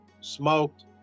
smoked